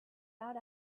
out